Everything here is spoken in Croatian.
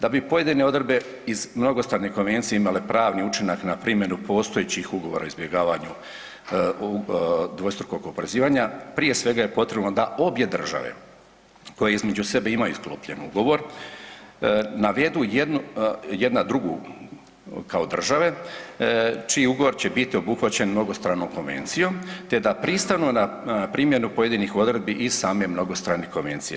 Da bi pojedine odredbe iz mnogostrane konvencije imale pravni učinak na primjeru postojećih ugovora o izbjegavanju dvostrukog oporezivanja prije svega je potrebno da obje države koje između sebe imaju sklopljen ugovor navedu jedna drugu kao države čiji ugovor će biti obuhvaćen mnogostranom konvencijom te da pristanu na primjenu pojedinih odredbi iz same mnogostrane konvencije.